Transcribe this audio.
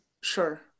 sure